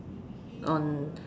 on